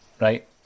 right